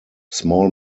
small